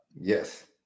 Yes